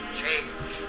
change